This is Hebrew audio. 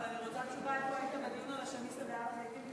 אבל אני רוצה תשובה איפה היית בדיון על המשיסה בהר-הזיתים.